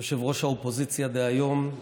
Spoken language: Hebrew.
ראש האופוזיציה דהיום,